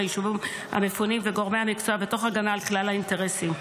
היישובים המפונים וגורמי המקצוע ותוך הגנה על כלל האינטרסים.